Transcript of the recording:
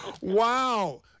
Wow